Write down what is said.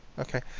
Okay